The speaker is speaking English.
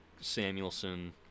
Samuelson